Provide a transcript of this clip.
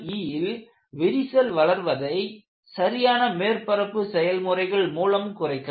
LME ல் விரிசல் வளர்வதை சரியான மேற்பரப்பு செயல் முறைகள் மூலம் குறைக்கலாம்